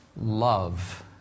love